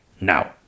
now